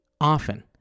often